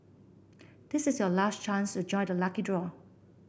this is your last chance to join the lucky draw